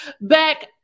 Back